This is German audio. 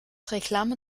reklame